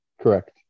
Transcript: Correct